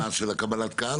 לחלק של קבלת קהל?